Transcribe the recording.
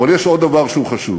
אבל יש עוד דבר שהוא חשוב.